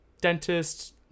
dentist